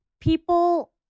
people